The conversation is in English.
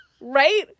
Right